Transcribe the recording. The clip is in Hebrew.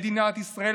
מדינת ישראל,